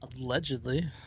Allegedly